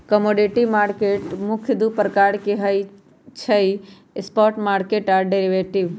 commodity market मुख्य दु प्रकार के होइ छइ स्पॉट मार्केट आऽ डेरिवेटिव